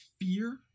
Fear